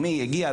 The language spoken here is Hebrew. הגיע,